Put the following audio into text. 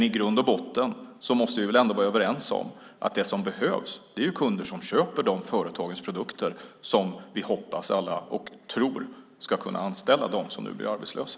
I grund och botten måste vi väl ändå vara överens om att det som behövs är kunder som köper produkter från de företag som vi alla hoppas och tror ska kunna anställa dem som nu blir arbetslösa.